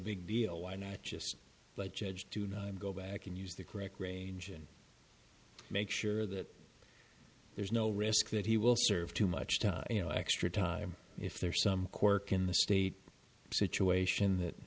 big deal why not just the judge to go back and use the correct range and make sure that there's no risk that he will serve too much time you know extra time if there's some quirk in the state situation that